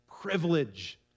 privilege